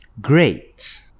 Great